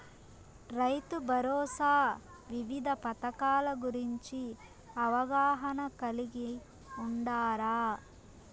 రైతుభరోసా వివిధ పథకాల గురించి అవగాహన కలిగి వుండారా?